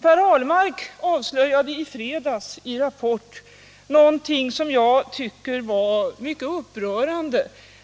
Per Ahlmark avslöjade i fredags i Rapport någonting som jag tyckte var mycket upprörande.